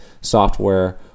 software